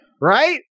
Right